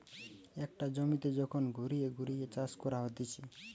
একটা জমিতে যখন ঘুরিয়ে ঘুরিয়ে চাষ করা হতিছে